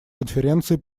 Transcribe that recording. конференции